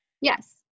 Yes